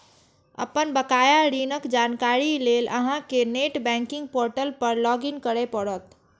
अपन बकाया ऋणक जानकारी लेल अहां कें नेट बैंकिंग पोर्टल पर लॉग इन करय पड़त